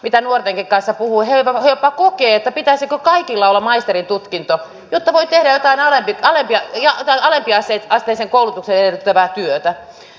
he jopa kokevat että pitäisikö kaikilla olla maisterintutkinto jotta voi tehdä jotain alempiasteista koulutusta edellyttävää työtä